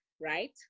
right